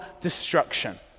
destruction